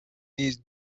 نیز